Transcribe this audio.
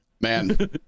Man